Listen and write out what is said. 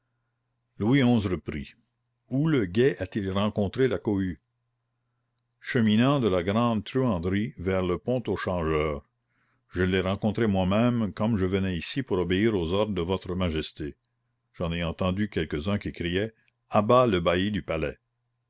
louis xi reprit où le guet a-t-il rencontré la cohue cheminant de la grande truanderie vers le pont aux changeurs je l'ai rencontrée moi-même comme je venais ici pour obéir aux ordres de votre majesté j'en ai entendu quelques-uns qui criaient à bas le bailli du palais